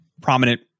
prominent